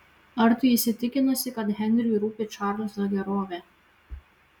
ar tu įsitikinusi kad henriui rūpi čarlzo gerovė